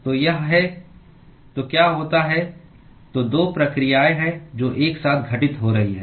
तो यह है तो क्या होता है तो दो प्रक्रियाएं हैं जो एक साथ घटित हो रही हैं